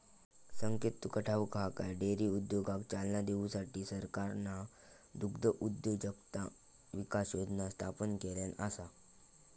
संकेत तुका ठाऊक हा काय, डेअरी उद्योगाक चालना देऊसाठी सरकारना दुग्धउद्योजकता विकास योजना स्थापन केल्यान आसा